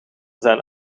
zijn